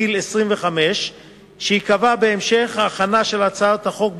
עד גיל שייקבע בהמשך ההכנה של הצעת החוק בוועדה,